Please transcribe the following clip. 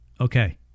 Okay